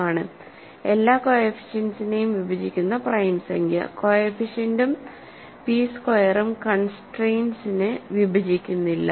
leading coefficient അല്ലാതെ മറ്റ് എല്ലാ കോഎഫിഷ്യന്റസിനെയും വിഭജിക്കുന്ന പ്രൈം സംഖ്യ കോഎഫിഷ്യന്റും p സ്ക്വയറും കൺസ്ട്രയിന്റ്സ്നെ വിഭജിക്കുന്നില്ല